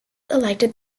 elected